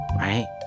right